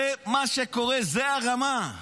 זה מה שקורה, זו הרמה.